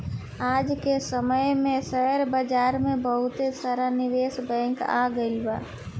आज के समय में शेयर बाजार में बहुते सारा निवेश बैंकिंग आ गइल बा